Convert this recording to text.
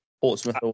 Portsmouth